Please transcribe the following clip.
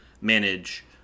manage